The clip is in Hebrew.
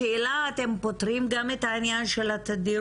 השאלה היא האם אתם פותרים גם את העניין של התדירות?